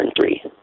three